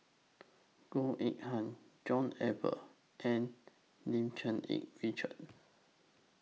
Goh Eng Han John Eber and Lim Cherng Yih Richard